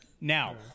now